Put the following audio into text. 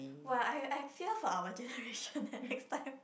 !wah! I I fear for our generation eh next time